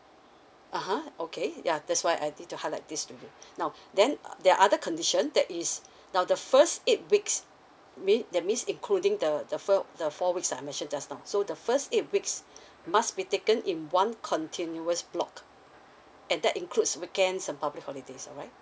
(uh huh) okay ya that's why I need to highlight this now then uh there are other conditions that is now the first eight weeks mean that means including the the four the four weeks I mention just now so the first eight weeks must be taken in one continuous block and that includes weekends or public holidays alright